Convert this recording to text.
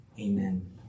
Amen